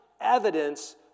evidence